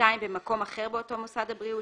במקום אחר באותו מוסד הבריאות,